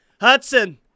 Hudson